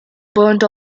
burnt